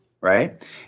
right